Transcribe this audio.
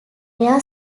air